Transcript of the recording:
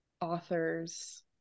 authors